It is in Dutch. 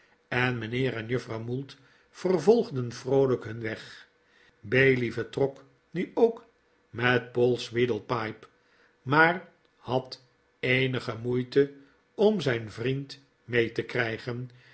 en mijnheer en juffrouw mould vervolgden vroolijk hun weg bailey vertrok nu ook met poll sweedlepipe r maar had eenige moeite om zijn vriend mee te krijgen